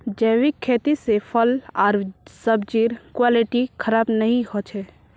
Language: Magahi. जैविक खेती से फल आर सब्जिर क्वालिटी खराब नहीं हो छे